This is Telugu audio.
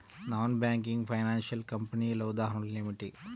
నాన్ బ్యాంకింగ్ ఫైనాన్షియల్ కంపెనీల ఉదాహరణలు ఏమిటి?